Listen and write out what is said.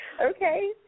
Okay